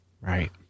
Right